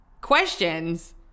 questions